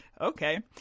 okay